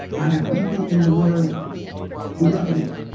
i have people in the world who love me.